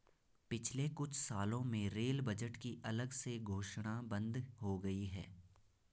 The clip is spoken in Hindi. पिछले कुछ सालों में रेल बजट की अलग से घोषणा बंद हो गई है